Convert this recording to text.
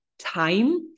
time